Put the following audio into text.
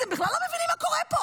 אתם בכלל לא מבינים מה קורה פה,